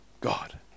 God